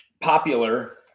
popular